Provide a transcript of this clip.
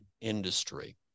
industry